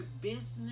business